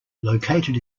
located